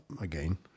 again